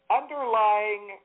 underlying